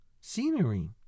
scenery